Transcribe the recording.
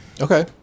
Okay